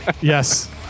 Yes